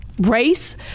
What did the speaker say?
race